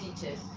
teachers